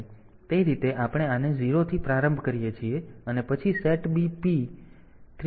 તેથી તે રીતે આપણે આને 0 થી પ્રારંભ કરીએ છીએ અને પછી SETB P 3